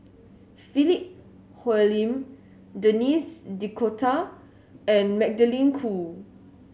Philip Hoalim Denis D'Cotta and Magdalene Khoo